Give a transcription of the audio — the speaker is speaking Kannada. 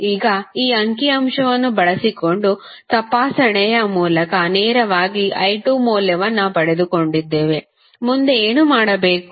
ಈಗ ಈ ಅಂಕಿಅಂಶವನ್ನು ಬಳಸಿಕೊಂಡು ತಪಾಸಣೆಯ ಮೂಲಕ ನೇರವಾಗಿ i2 ಮೌಲ್ಯವನ್ನು ಪಡೆದುಕೊಂಡಿದ್ದೇವೆ ಮುಂದೆ ಏನು ಮಾಡಬೇಕು